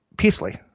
peacefully